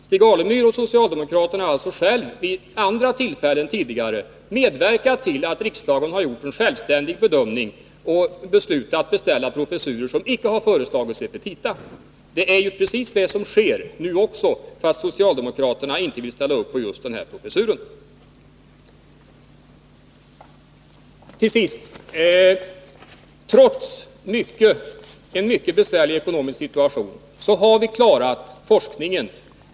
Stig Alemyr och socialdemokraterna har alltså själva vid tidigare tillfällen medverkat till att riksdagen har gjort en självständig bedömning och beslutat att beställa professurer som icke har föreslagits i petita. Det är ju precis det som sker nu också, fast socialdemokraterna inte vill ställa upp på just den här professuren. Till sist: Trots en mycket besvärlig ekonomisk situation har vi klarat forskningen.